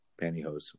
pantyhose